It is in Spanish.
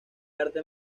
arte